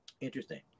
Interesting